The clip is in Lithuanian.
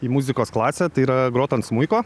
į muzikos klasę tai yra grot ant smuiko